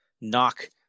knock